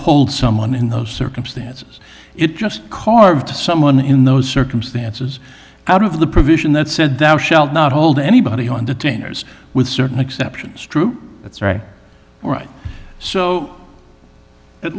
hold someone in those circumstances it just carved to someone in those circumstances out of the provision that said thou shalt not hold anybody on the dangers with certain exceptions true that's right all right so at